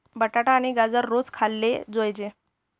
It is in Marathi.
बटाटा आणि गाजर रोज खाल्ले जोयजे